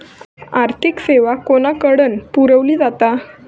आर्थिक सेवा कोणाकडन पुरविली जाता?